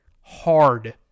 hard